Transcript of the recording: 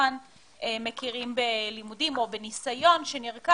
מכוחן מכירים בלימודים או בניסיון שנרכש.